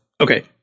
Okay